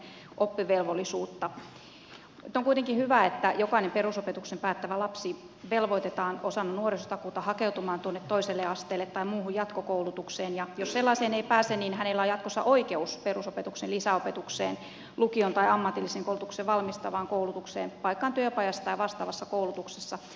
nyt on kuitenkin hyvä että jokainen perusopetuksen päättävä lapsi velvoitetaan osana nuorisotakuuta hakeutumaan toiselle asteelle tai muuhun jatkokoulutukseen ja jos sellaiseen ei pääse niin hänellä on jatkossa oikeus perusopetuksen lisäopetukseen lukion tai ammatillisen koulutuksen valmistavaan koulutukseen paikkaan työpajassa tai vastaavassa koulutuksessa